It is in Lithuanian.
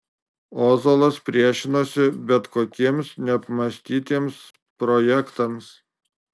ozolas priešinosi bet kokiems neapmąstytiems projektams